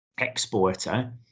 exporter